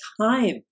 time